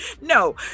No